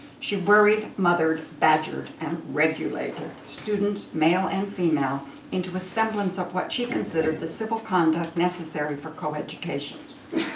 she worried, mothered, badgered and regulated students male and female into a semblance of what she considered the civil conduct necessary for co-education.